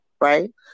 right